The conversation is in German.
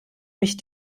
mich